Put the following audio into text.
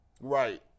right